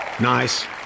Nice